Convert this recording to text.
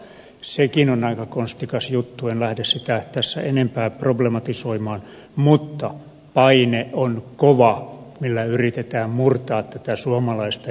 sekin on aika konstikas juttu en lähde sitä tässä enempää problematisoimaan mutta paine on kova millä yritetään murtaa tätä suomalaista järjestelmää